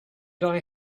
die